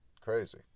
crazy